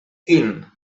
quin